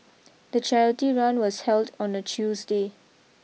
the charity run was held on a Tuesday